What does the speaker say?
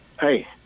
hey